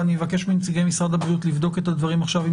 ואני אבקש מנציגי משרד הבריאות לבדוק את הדברים עכשיו עם